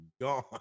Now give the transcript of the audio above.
gone